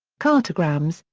cartograms,